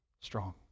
strong